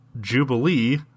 jubilee